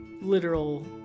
literal